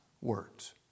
words